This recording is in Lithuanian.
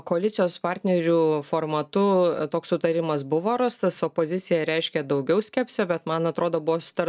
koalicijos partnerių formatu toks sutarimas buvo rastas opozicija reiškia daugiau skepsio bet man atrodo buvo